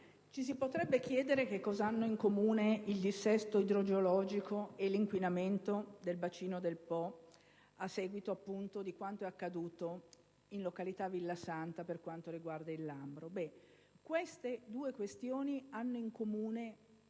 ci si potrebbe chiedere cosa hanno in comune il dissesto idrogeologico e l'inquinamento del bacino del Po a seguito di quanto è accaduto in località Villasanta per quanto riguarda il Lambro. Queste due questioni hanno in comune